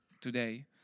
today